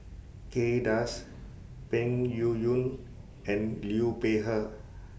Kay Das Peng Yuyun and Liu Peihe